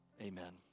amen